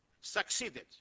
succeeded